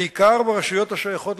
ובכל האיכויות, שפירים,